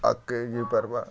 ଆଗ୍କେ ଯାଇ ପାର୍ବା